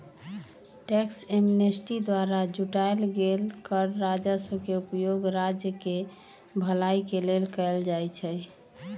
tax amnesty द्वारा जुटाएल गेल कर राजस्व के उपयोग राज्य केँ भलाई के लेल कएल जाइ छइ